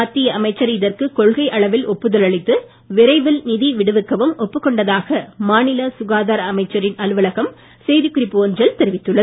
மத்திய அமைச்சர் இதற்கு கொள்கை அளவில் ஒப்புதல் அளித்து விரைவில் நிதி விடுவிக்கவும் ஒப்புக் கொண்டதாக மாநில சுகாதார அமைச்சரின் அலுவலகம் செய்திக் குறிப்பு ஒன்றில் தெரிவித்துள்ளது